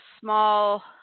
small